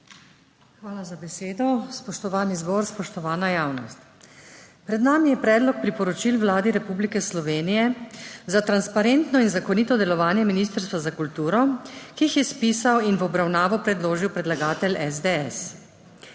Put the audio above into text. Hvala za besedo. Spoštovani zbor, spoštovana javnost. Pred nami je Predlog priporočil Vladi Republike Slovenije za transparentno in zakonito delovanje Ministrstva za kulturo, ki jih je spisal in v obravnavo predložil predlagatelj SDS.